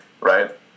right